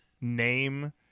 name